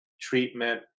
treatment